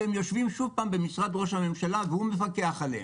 הם יושבים גם במשרד ראש הממשלה והוא מפקח עליהם.